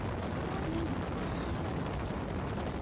so many times before